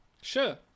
Sure